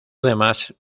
además